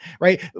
right